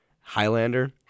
Highlander